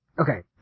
Okay